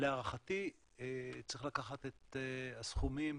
להערכתי צריך לקחת את הסכומים